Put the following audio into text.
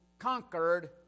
Conquered